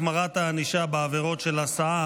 החמרת הענישה בעבירות של הסעה,